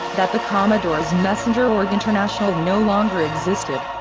that the commodore's messenger org international no longer existed.